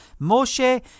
Moshe